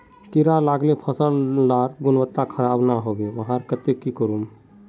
कीड़ा लगाले फसल डार गुणवत्ता खराब ना होबे वहार केते की करूम?